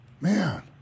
man